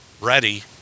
ready